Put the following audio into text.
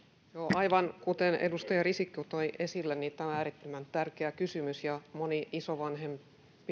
aivan kuten edustaja risikko toi esille tämä on äärettömän tärkeä kysymys moni isovanhempi